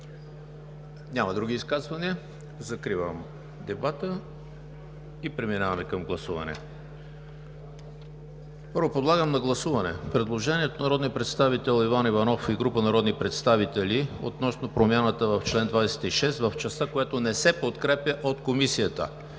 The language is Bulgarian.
Други изказвания? Няма. Закривам дебата и преминаваме към гласуване. Първо, подлагам на гласуване предложение от народния представител Иван Иванов и група народни представители относно промяната в чл. 26, в частта, която не се подкрепя от Комисията.